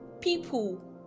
people